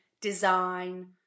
design